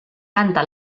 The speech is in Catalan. canta